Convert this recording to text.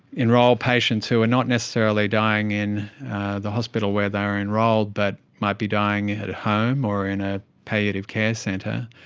enrol patients who were and not necessarily dying in the hospital where they were enrolled but might be dying at home or in a palliative care centre,